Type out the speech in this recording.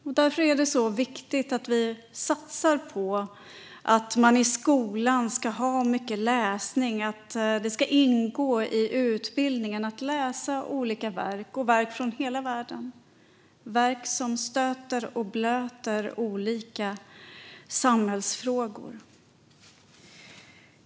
Det är därför det är så viktigt att vi satsar på att man i skolan ska ha mycket läsning, att det ska ingå i utbildningen att läsa olika verk, verk från hela världen, verk som stöter och blöter olika samhällsfrågor.